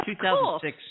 2006 –